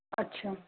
अच्छा